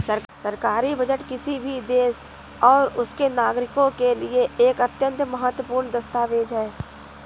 सरकारी बजट किसी भी देश और उसके नागरिकों के लिए एक अत्यंत महत्वपूर्ण दस्तावेज है